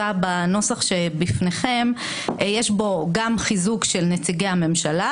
בסופו של דבר יש הצבעה קואליציונית.